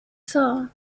saw